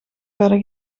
verder